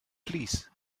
plîs